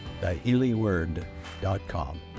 thehealingword.com